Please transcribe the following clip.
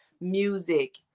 music